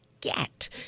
get